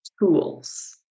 tools